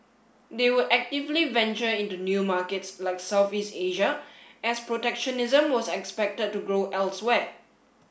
they would actively venture into new markets like Southeast Asia as protectionism was expected to grow elsewhere